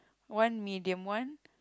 one medium one